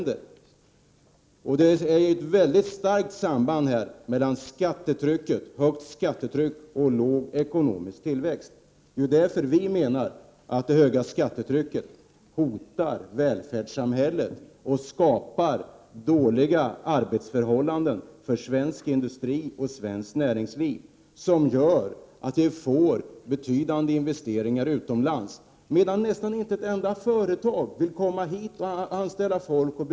Det föreligger ett mycket starkt samband mellan det höga skattetrycket och den låga ekonomiska tillväxten. Det är ju därför vi menar att det höga skattetrycket 57 hotar välfärdssamhället och skapar dåliga arbetsförhållanden för svensk industri och svenskt näringsliv och gör att vi får se betydande investeringar utomlands medan nästan inte ett enda utländskt företag vill komma hit och bygga upp sin verksamhet.